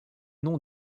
nom